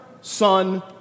Son